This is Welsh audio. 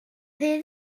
rhy